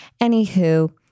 anywho